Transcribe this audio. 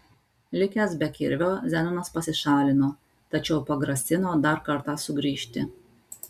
likęs be kirvio zenonas pasišalino tačiau pagrasino dar kartą sugrįžti